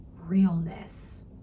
realness